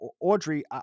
Audrey